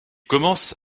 commence